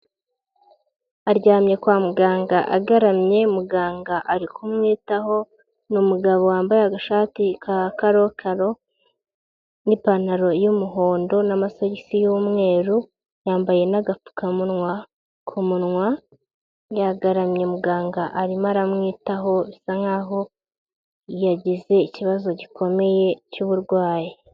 Aryamye kwa muganga agaramye, muganga ari kumwitaho, ni umugabo wambaye agashati ka karokaro n'ipantaro y'umuhondo n'amasogisi y'umweru, yambaye n'agapfukamunwa ku munwa, yagaramye muganga arimo aramwitaho, bisa nk'aho yagize ikibazo gikomeye cy'uburwayi.